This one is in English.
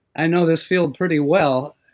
i know this field pretty well.